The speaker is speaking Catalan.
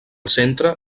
centre